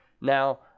now